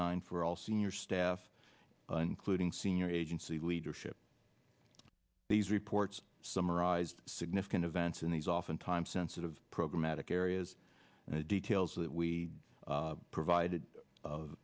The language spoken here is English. nine for all senior staff including senior agency leadership these reports summarized significant events in these oftentimes sensitive programatic areas and the details that we provided